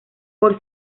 por